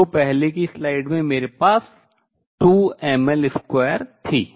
जो पहले की स्लाइड में मेरे पास 2mL2 थी